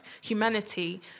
Humanity